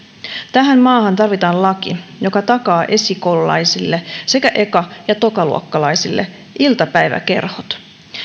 tähän maahan tarvitaan laki joka takaa esikoululaisille sekä eka ja tokaluokkalaisille iltapäiväkerhot